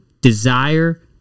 desire